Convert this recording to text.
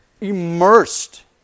immersed